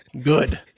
good